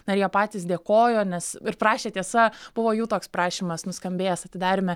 na ir jie patys dėkojo nes ir prašė tiesa buvo jų toks prašymas nuskambėjęs atidaryme